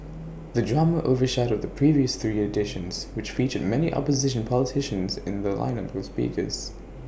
the drama overshadowed the previous three editions which featured many opposition politicians in their lineup of speakers